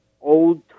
old